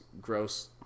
gross